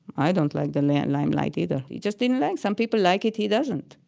i don't like the limelight either. he just didn't like, some people like it. he doesn't.